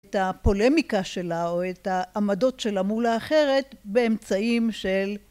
את הפולמיקה שלה או את העמדות של עמולה אחרת באמצעים של